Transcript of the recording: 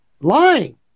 lying